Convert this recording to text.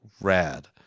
rad